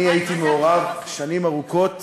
אני הייתי מעורב שנים ארוכות